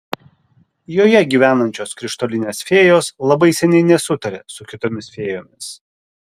joje gyvenančios krištolinės fėjos labai seniai nesutaria su kitomis fėjomis